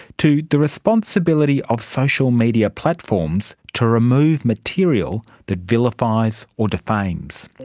to the responsibility of social media platforms to remove material that vilifies or defames.